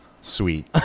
Sweet